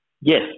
Yes